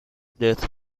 death